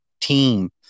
team